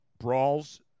brawls